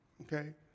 Okay